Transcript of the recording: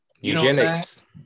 Eugenics